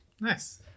Nice